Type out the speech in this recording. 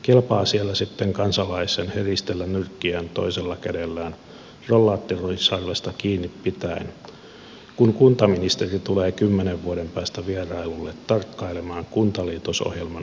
kelpaa siellä sitten kansalaisen heristellä nyrkkiään toisella kädellään rollaattorin sarvesta kiinni pitäen kun kuntaministeri tulee kymmenen vuoden päästä vierailulle tarkkailemaan kuntaliitosohjelman